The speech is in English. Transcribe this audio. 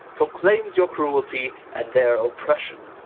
proclaims your cruelty, and their oppression,